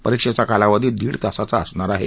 परिक्षेचा कालावधी दीड तास असणार आहे